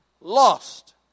lost